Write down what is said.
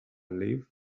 live